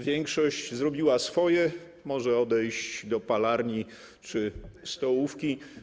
Większość zrobiła swoje, większość może odejść do palarni czy stołówki.